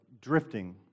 drifting